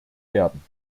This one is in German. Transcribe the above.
werden